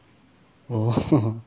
orh